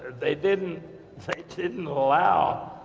they didn't so didn't allow